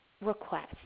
request